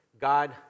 God